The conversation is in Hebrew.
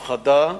הפחדה,